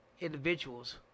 individuals